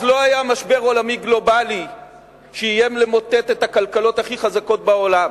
אז לא היה משבר עולמי גלובלי שאיים למוטט את הכלכלות הכי חזקות בעולם.